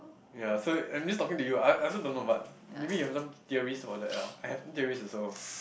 ya so I'm just talking to you I I also don't know but maybe you have some theories about that ya I have some theories also